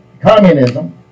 communism